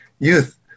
Youth